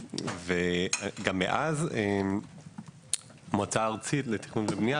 גם מאז המועצה הארצית לתכנון ובנייה